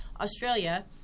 Australia